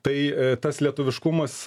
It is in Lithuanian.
tai tas lietuviškumas